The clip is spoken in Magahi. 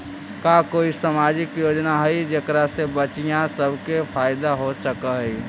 का कोई सामाजिक योजना हई जेकरा से बच्चियाँ सब के फायदा हो सक हई?